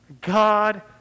God